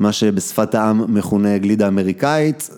‫מה שבשפת העם מכונה גלידה אמריקאית.